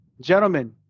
gentlemen